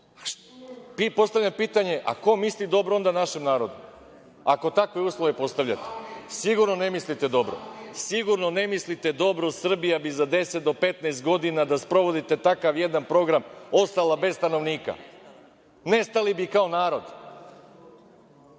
Postavljam pitanje – ko misli dobro onda našem narodu, ako takve uslove postavljate? Sigurno ne mislite dobro, Srbija bi za 10 do 15 godina da sprovodite takav jedan program ostala bez stanovnika, nestali bi kao narod.